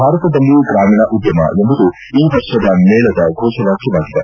ಭಾರತದಲ್ಲಿ ಗ್ರಾಮೀಣ ಉದ್ಯಮ ಎಂಬುದು ಈ ವರ್ಷದ ಮೇಳದ ಘೋಷವಾಕ್ಯವಾಗಿದೆ